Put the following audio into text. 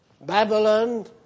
Babylon